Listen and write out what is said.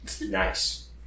Nice